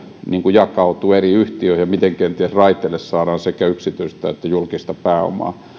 jakautuu eri yhtiöihin ja miten raiteille saadaan kenties sekä yksityistä että julkista pääomaa